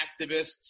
activists